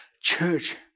Church